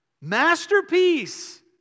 masterpiece